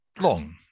long